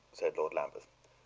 said lord lambeth.